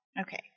Okay